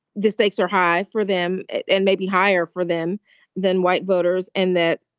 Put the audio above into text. the stakes are high for them and maybe higher for them than white voters and that,